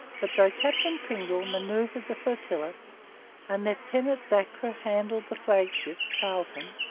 but, though captain pringle manoeuvred the flotilla and lieutenant dacre handled the flagship carleton,